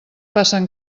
passen